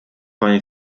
pani